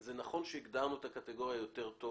זה נכון שהגדרנו את הקטגוריה יותר טוב